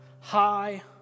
high